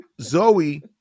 Zoe